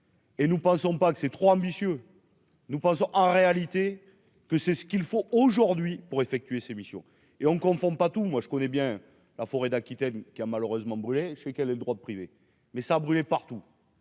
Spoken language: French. Et nous pensons pas que ces 3 messieurs nous pensons en réalité que c'est ce qu'il faut aujourd'hui pour effectuer ces missions et on ne confond pas tout, moi je connais bien la forêt d'Aquitaine qui a malheureusement brûlé chez quel est le droit privé mais ça a brûlé partout.